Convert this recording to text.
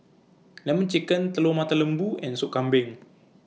Lemon Chicken Telur Mata Lembu and Soup Kambing